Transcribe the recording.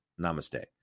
Namaste